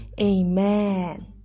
Amen